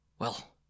Well